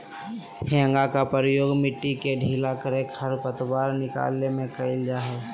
हेंगा के प्रयोग मिट्टी के ढीला करे, खरपतवार निकाले में करल जा हइ